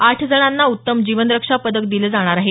आठ जणांना उत्तम जीवन रक्षा पदक दिले जाणार आहेत